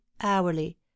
hourly